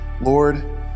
Lord